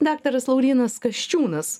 daktaras laurynas kasčiūnas